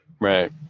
Right